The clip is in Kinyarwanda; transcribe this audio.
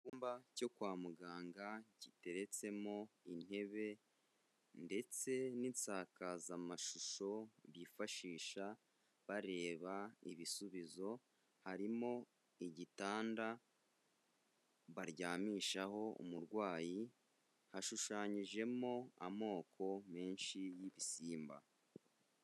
Icyumba cyo kwa muganga giteretsemo intebe ndetse n'isakazamashusho bifashisha bareba ibisubizo, harimo igitanda baryamishaho umurwayi, hashushanyijemo amoko menshi y'ibisimba.